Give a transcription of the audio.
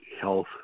health